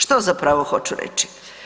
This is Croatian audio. Što zapravo hoću reći?